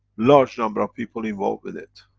large number of people involved with it.